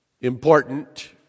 Important